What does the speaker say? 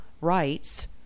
rights